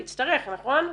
יצטרך נכון?